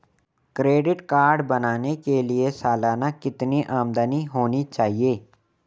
Credit card बनाने के लिए सालाना कितनी आमदनी होनी चाहिए?